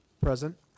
Present